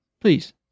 please